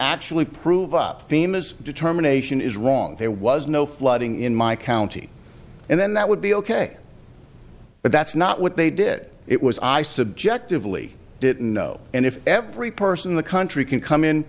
actually prove up themas determination is wrong there was no flooding in my county and then that would be ok but that's not what they did it was i subjectively didn't know and if every person in the country can come in